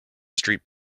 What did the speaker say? street